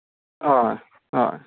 हय हय